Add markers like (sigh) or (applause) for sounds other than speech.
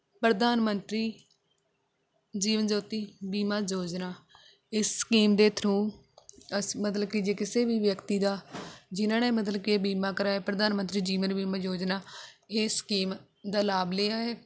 ਪ੍ਰਧਾਨ ਮੰਤਰੀ ਜੀਵਨ ਜੋਤੀ ਬੀਮਾ ਯੋਜਨਾ ਇਸ ਸਕੀਮ ਦੇ ਥਰੂ (unintelligible) ਮਤਲਬ ਕਿ ਜੇ ਕਿਸੀ ਵੀ ਵਿਅਕਤੀ ਦਾ ਜਿਨ੍ਹਾਂ ਨੇ ਮਤਲਬ ਕਿ ਬੀਮਾ ਕਰਵਾਇਆ ਪ੍ਰਧਾਨ ਮੰਤਰੀ ਜੀਵਨ ਬੀਮਾ ਯੋਜਨਾ ਇਹ ਸਕੀਮ ਦਾ ਲਾਭ ਲਿਆ ਹੈ